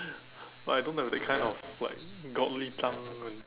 but I don't have that kind of like godly tongue and